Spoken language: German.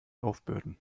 aufbürden